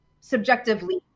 subjectively